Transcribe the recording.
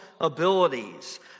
abilities